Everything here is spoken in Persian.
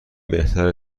بهتره